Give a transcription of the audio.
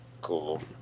Cool